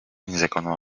незаконного